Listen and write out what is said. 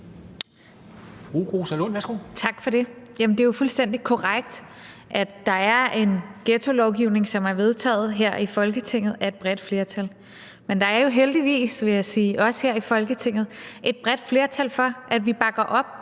Rosa Lund (EL): Tak for det. Jamen det er jo fuldstændig korrekt, at der er en ghettolovgivning, som er vedtaget her i Folketinget af et bredt flertal. Men der er jo heldigvis, vil jeg sige, også her i Folketinget et bredt flertal for, at vi bakker op